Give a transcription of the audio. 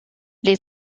les